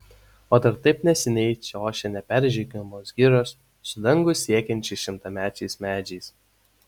o dar taip neseniai čia ošė neperžengiamos girios su dangų siekiančiais šimtamečiais medžiais